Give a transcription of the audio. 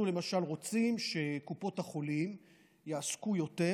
אנחנו למשל רוצים שקופות החולים יעסקו יותר